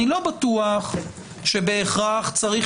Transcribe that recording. אני לא בטוח שבהכרח צריך